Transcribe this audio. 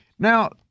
Now